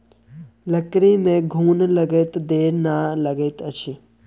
लकड़ी में घुन लगैत देर नै लगैत अछि